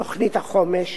תוכנית החומש,